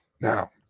Now